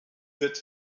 wird